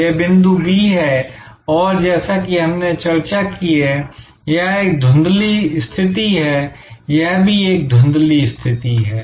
यह बिंदु बी है और जैसा कि हमने चर्चा की है कि यह एक धुंधली स्थिति है यह भी एक धुंधली स्थिति है